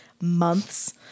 months